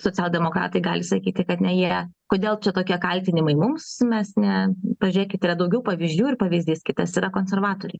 socialdemokratai gali sakyti kad ne jie kodėl čia tokie kaltinimai mums mes ne pažiūrėkit yra daugiau pavyzdžių ir pavyzdys kitas yra konservatoriai